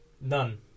None